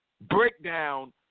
breakdown